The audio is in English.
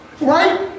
right